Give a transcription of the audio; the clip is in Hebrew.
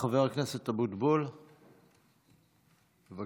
חבר הכנסת אבוטבול, בבקשה.